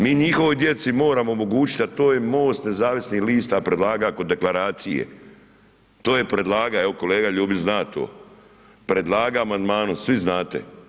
Mi njihovoj djeci moramo omogućiti, a to je MOST nezavisnih lista predlaga kod deklaracije, to je predlaga, evo kolega Ljubić zna to, predlaga amandmanom, svi znate.